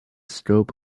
scope